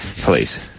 Please